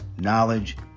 knowledge